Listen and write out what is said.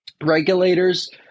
regulators